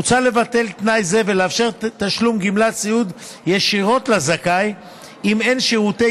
מוצע לבטל תנאי זה ולאפשר תשלום גמלת סיעוד ישירות לזכאי אם אין שירותי